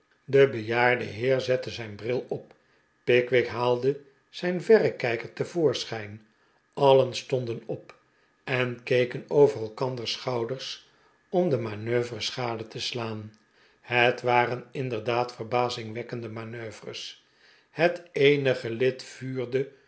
de bejaarde heer zette zijn bril op pickwick haalde zijn verrekijker te voorschijn alien stonden op en keken over elkanders schouders om de manoeuvres gade te slaan het waren inderdaad verbazingwekkende manoeuvres het eene gelid vuurde